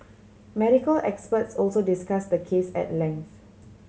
medical experts also discussed the case at length